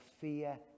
fear